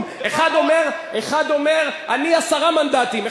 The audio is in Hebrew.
אחד אומר: אני עשרה מנדטים,